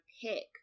pick